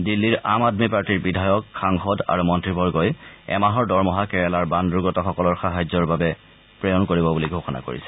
দিল্লীৰ আম আদমী পাৰ্টীৰ বিধায়ক সাংসদ আৰু মন্ত্ৰীবৰ্গই এমাহৰ দৰমহা কেৰালাৰ বান দূৰ্গতসকলৰ সাহায্যৰ বাবে প্ৰেৰণ কৰিব বুলি ঘোষণা কৰিছে